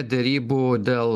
derybų dėl